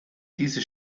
diese